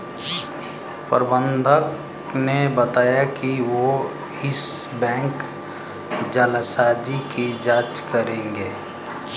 प्रबंधक ने बताया कि वो इस बैंक जालसाजी की जांच करेंगे